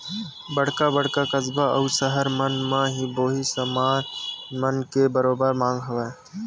बड़का बड़का कस्बा अउ सहर मन म ही धोबी समाज मन के बरोबर मांग हवय